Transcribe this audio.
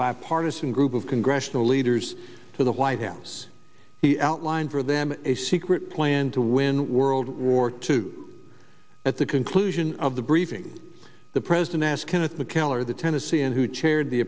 bipartisan group of congressional leaders to the white house he outlined for them a secret plan to win world war two at the conclusion of the briefing the president asked mackellar the tennesseean who chaired the